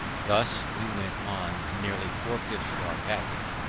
thus we went on nearly four fifths of our passage,